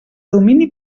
domini